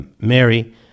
Mary